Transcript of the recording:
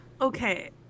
okay